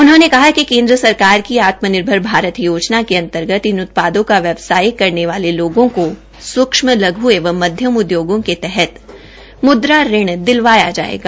उन्होंने कहा कि केंद्र सरकार की आत्मनिर्भर भारत योजना के अंतर्गत इन उत्पादों का व्यवसाय करने वाले लोगों को सूक्ष्म लघ् एवं मध्यम उद्योगों के तहत म्द्रा ऋण दिलवाया जाएगा